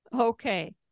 Okay